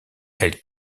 elle